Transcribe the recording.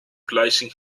placing